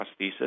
prosthesis